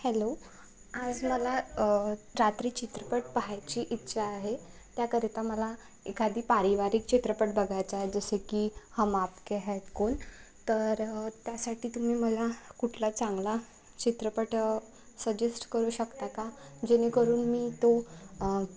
hello आज मला रात्री चित्रपट पहायची इच्छा आहे त्याकरिता मला एखादी पारिवारिक चित्रपट बघायचं आहे जसे की हम आप के हैं कौन तर त्यासाठी तुम्ही मला कुठला चांगला चित्रपट सजेस्ट करू शकता का जेणेकरून मी तो